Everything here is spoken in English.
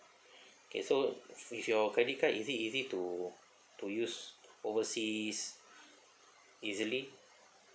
okay so with your credit card is it easy to to use overseas easily